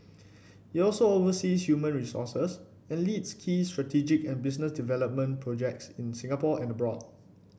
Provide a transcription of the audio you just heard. he also oversees human resources and leads key strategic and business development projects in Singapore and abroad